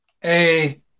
Hey